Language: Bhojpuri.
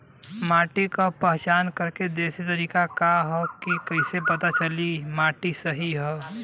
माटी क पहचान करके देशी तरीका का ह कईसे पता चली कि माटी सही ह?